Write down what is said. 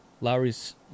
Lowry's